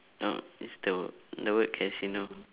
uh is the the word casino